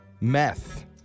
meth